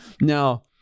now